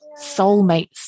soulmates